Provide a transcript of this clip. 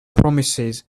promises